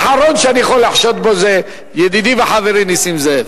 האחרון שאני יכול לחשוד בו זה ידידי וחברי נסים זאב.